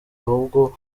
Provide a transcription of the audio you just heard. ahubwo